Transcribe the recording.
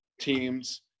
teams